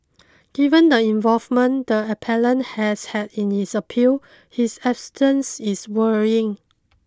given the involvement the appellant has had in this appeal his absence is worrying